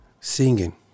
singing